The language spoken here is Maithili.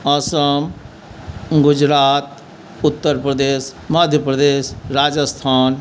असम गुजरात उत्तर प्रदेश मध्य प्रदेश राजस्थान